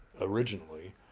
originally